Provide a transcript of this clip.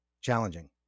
challenging